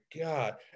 God